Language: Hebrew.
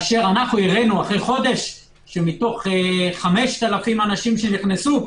הראינו אחרי חודש שמתוך 5,000 אנשים שנכנסו,